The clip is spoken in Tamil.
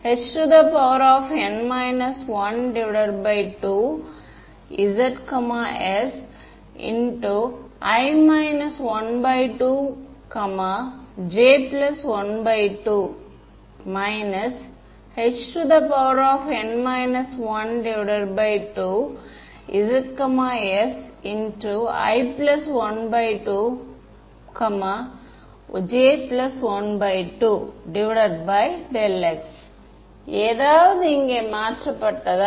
∇×H ∂∂x x×H ∂∂y y×H ∂∂z z×H தோராயங்கள் எதுவும் இல்லை இதை மீண்டும் எழுதுகிறோம்